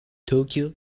tokyo